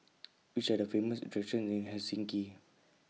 Which Are The Famous attractions in Helsinki